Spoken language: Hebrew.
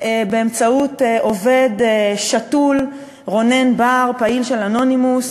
באמצעות עובד שתול, רונן בר, פעיל של "אנונימוס",